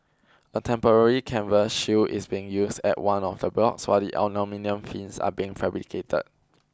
a temporary canvas shield is being used at one of the blocks while the aluminium fins are being fabricated